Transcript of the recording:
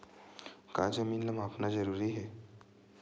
का जमीन ला मापना जरूरी हे?